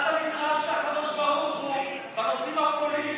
מה אתה נדרש לקדוש ברוך הוא בנושאים הפוליטיים,